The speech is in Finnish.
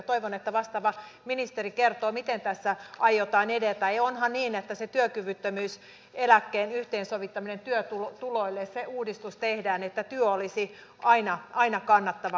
toivon että vastaava ministeri kertoo miten tässä aiotaan edetä ja onhan niin että se työkyvyttömyyseläkkeen yhteensovittaminen työtuloille se uudistus tehdään että työ olisi aina kannattavaa